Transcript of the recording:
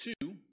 two